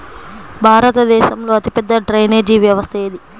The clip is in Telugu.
భారతదేశంలో అతిపెద్ద డ్రైనేజీ వ్యవస్థ ఏది?